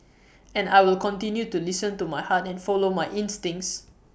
and I will continue to listen to my heart and follow my instincts